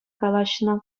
калаҫнӑ